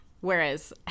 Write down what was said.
Whereas